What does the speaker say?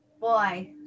boy